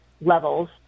levels